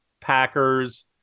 Packers